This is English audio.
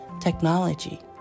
technology